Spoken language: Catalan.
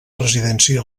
residència